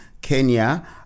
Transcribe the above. Kenya